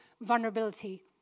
vulnerability